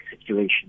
situation